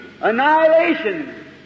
annihilation